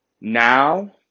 Now